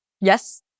Yes